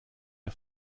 der